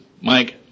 Mike